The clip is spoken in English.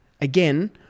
Again